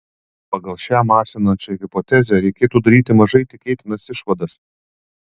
pagal šią masinančią hipotezę reikėtų daryti mažai tikėtinas išvadas